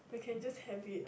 you can just have it